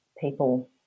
people